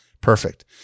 Perfect